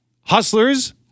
Hustlers